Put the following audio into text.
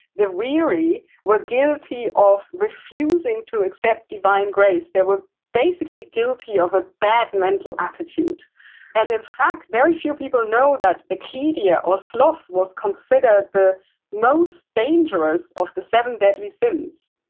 the weary were guilty of refusing to accept divine grace. they were basically guilty of a bad mental attitude and in fact, very few people know that acedia or sloth was considered the most dangerous of the seven deadly sins.